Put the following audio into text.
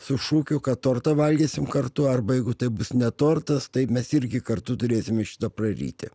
su šūkiu kad tortą valgysim kartu arba jeigu tai bus ne tortas tai mes irgi kartu turėsime šitą praryti